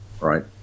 right